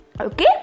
Okay